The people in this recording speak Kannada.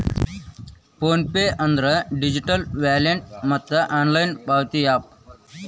ಫೋನ್ ಪೆ ಅಂದ್ರ ಡಿಜಿಟಲ್ ವಾಲೆಟ್ ಮತ್ತ ಆನ್ಲೈನ್ ಪಾವತಿ ಯಾಪ್